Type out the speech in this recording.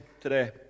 today